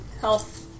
health